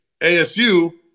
ASU